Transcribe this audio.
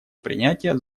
принятия